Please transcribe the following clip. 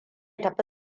tafi